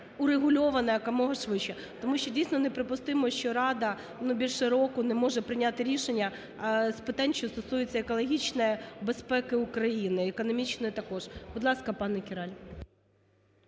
урегульовано якомога швидше, тому що дійсно не припустимо, що Рада більше року не може прийняти рішення з питань, що стосується екологічної безпеки України і економічної також. Будь ласка, пане Кіраль.